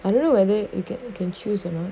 I don't know whether you can can choose you know